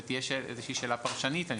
ותהיה איזושהי שאלה פרשנית.